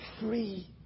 free